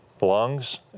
lungs